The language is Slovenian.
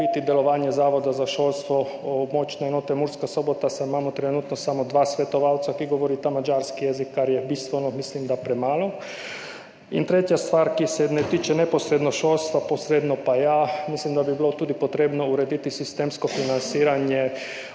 delovanje Zavoda za šolstvo območne enote Murska Sobota, saj imamo trenutno samo dva svetovalca, ki govorita madžarski jezik, kar mislim, da je bistveno premalo. In tretja stvar, ki se ne tiče neposredno šolstva, posredno pa ja. Mislim, da bi bilo potrebno urediti tudi sistemsko financiranje